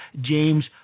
James